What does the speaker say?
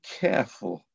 careful